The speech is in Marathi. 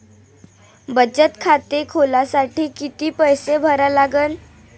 बचत खाते खोलासाठी किती पैसे भरा लागन?